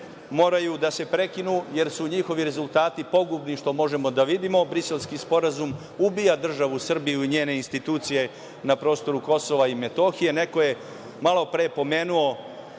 moraju da se prekinu, jer su njihovi rezultati pogubni, što možemo da vidimo. Briselski sporazum ubija državu Srbiju i njene institucije na prostoru KiM. Neko je malopre pomenuo